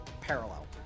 parallel